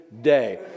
day